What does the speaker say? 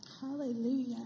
Hallelujah